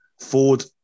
Ford